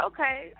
Okay